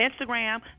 Instagram